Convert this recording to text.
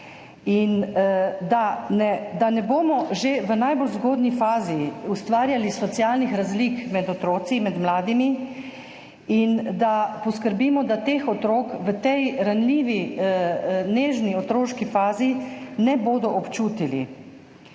Da ne bomo že v najbolj zgodnji fazi ustvarjali socialnih razlik med otroci, med mladimi in da poskrbimo, da teh otroci v tej ranljivi, nežni otroški fazi ne bodo občutili.